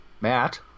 Matt